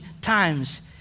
times